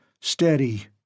Steady